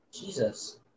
Jesus